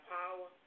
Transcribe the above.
power